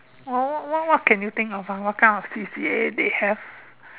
what what what what can you think of ah what kind of C_C_A they have